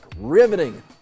riveting